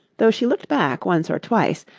though she looked back once or twice,